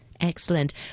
Excellent